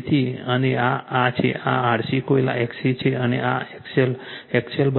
તેથી અને આ આ છે આ RC કોઇલ XC છે અને આ XL XL